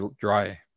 dry